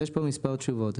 לזה יש מספר תשובות.